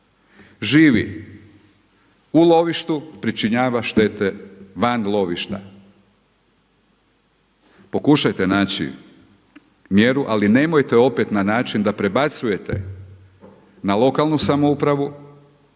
Živi u lovištu, pričinjava štete van lovišta. Pokušajte naći mjeru, ali nemojte opet na način da prebacujete na lokalnu samoupravu,